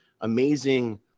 amazing